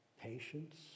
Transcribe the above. patience